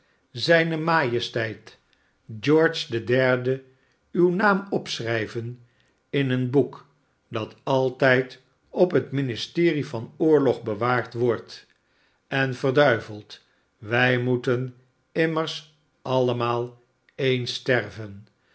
majesteit george de derde uw naam opschrijven in een boek dat altijd op het ministerie van oorlog bewaard wordt en verduiveld wij moeten immers allemaal eens sterven